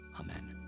Amen